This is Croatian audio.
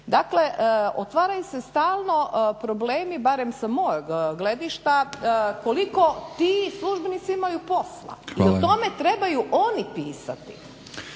Dakle, otvaraju im se problemi, barem sa mojeg gledišta koliko ti službenici imaju posla. I o tome trebaju oni pisati.